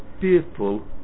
fearful